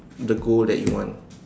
the goal that you want